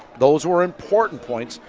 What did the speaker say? those were important points.